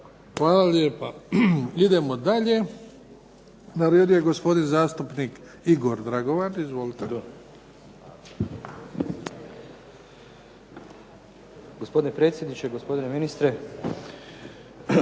Hvala lijepa. Idemo dalje. Na redu je gospodin zastupnik Igor Dragovan. Izvolite. **Dragovan, Igor (SDP)** Gospodine predsjedniče, gospodine ministre.